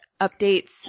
updates